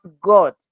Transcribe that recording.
God